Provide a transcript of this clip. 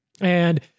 and-